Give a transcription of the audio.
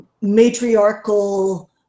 matriarchal